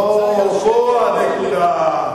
אוה, פה הנקודה.